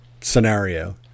scenario